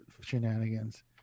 shenanigans